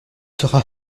sera